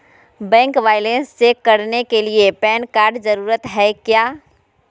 Bank balance check करने के लिए पैन कार्ड जरूरी है क्या?